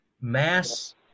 mass